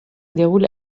déroule